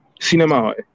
Cinema